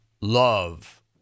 love